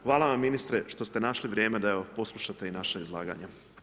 Hvala vam ministre što ste našli vrijeme da evo poslušate i naša izlaganja.